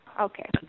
Okay